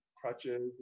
crutches